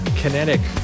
kinetic